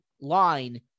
line